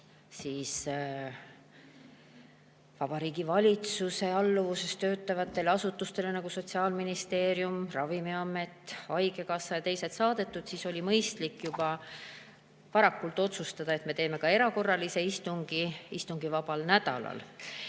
Vabariigi Valitsuse alluvuses töötavatele asutustele, nagu Sotsiaalministeerium, Ravimiamet, haigekassa ja teised, siis oli mõistlik juba varakult otsustada, et me teeme ka erakorralise istungi istungivabal nädalal.